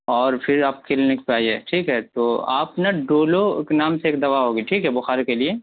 اور پھر آپ کلینک پر آئیے ٹھیک ہے تو آپ نا ڈولو نام سے ایک دوا ہوگی ٹھیک ہے بخار کے لیے